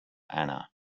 anna